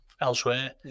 elsewhere